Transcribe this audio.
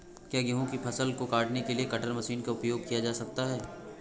क्या गेहूँ की फसल को काटने के लिए कटर मशीन का उपयोग किया जा सकता है?